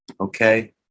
okay